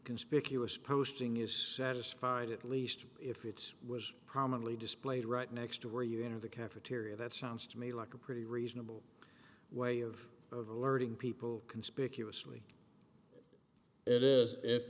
conspicuous posting is satisfied at least if it's was prominently displayed right next to where you enter the cafeteria that sounds to me like a pretty reasonable way of rewarding people conspicuously it is